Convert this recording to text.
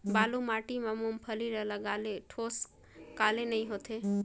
बालू माटी मा मुंगफली ला लगाले ठोस काले नइ होथे?